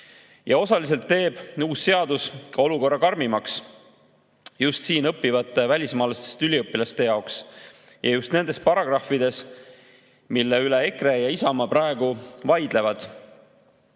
Osaliselt teeb uus seadus olukorra karmimaks siin õppivate välismaalastest üliõpilaste jaoks ja just nendes paragrahvides, mille üle EKRE ja Isamaa praegu vaidlevad.